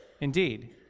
Indeed